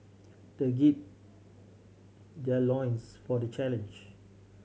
they gird their loins for the challenge